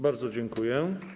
Bardzo dziękuję.